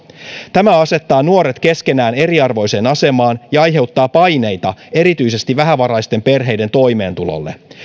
tämä asettaa nuoret keskenään eriarvoiseen asemaan ja aiheuttaa paineita erityisesti vähävaraisten perheiden toimeentulolle